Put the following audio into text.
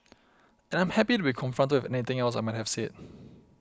and I'm happy to be confronted with anything else I might have said